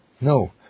No